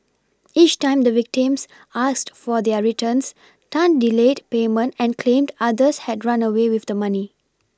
each time the victims asked for their returns Tan delayed payment and claimed others had run away with the money